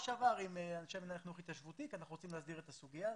עם אנשי המינהל לחינוך התיישבותי כי אנחנו רוצים להסדיר את הסוגיה הזאת.